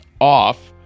off